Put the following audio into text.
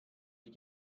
ich